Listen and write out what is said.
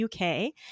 UK